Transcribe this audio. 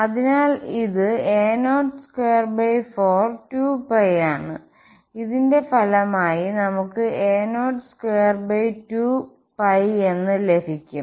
അതിനാൽ ഇത് a0242ആണ് ഇതിന്റെ ഫലമായി നമുക് a022 എന്ന് ലഭിക്കും